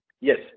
Yes